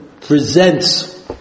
presents